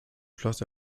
schloss